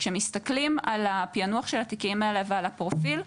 כשמסתכלים על הפיענוח של המקרים האלה ועל הפרופיל,